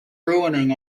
ruining